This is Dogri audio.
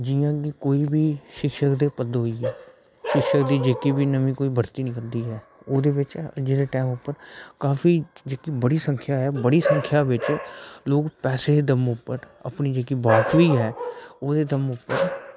जियां की कोई बी शिक्षक दी पदवी ऐ शिक्षक दी जियां बी कोई भर्थी निकलदी ऐ ओह्दे बिच अज्जै दै टैम उप्पर काफी जेह्की बड़ी संखया ऐ काफी संख्या ऐ बिच लोक पैसे दे दम पर अपनी जेह्की बाकवी ऐ ओह्दे दम पर